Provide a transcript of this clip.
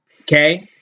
Okay